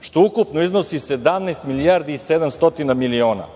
što ukupno iznosi 17 milijardi i 700 miliona,